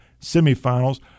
Semifinals